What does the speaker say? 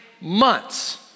months